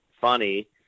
funny